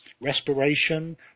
respiration